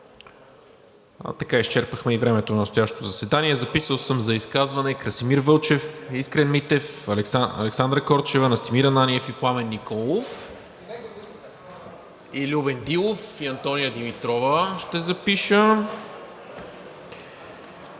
прието. Изчерпахме и времето на настоящето заседание. Записал съм за изказване: Красимир Вълчев, Искрен Митев, Александра Корчева, Настимир Ананиев, Пламен Николов, Любен Дилов, Антония Димитрова и